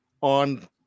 on